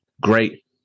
great